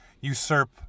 usurp